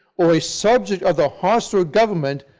or a subject of the hostile government,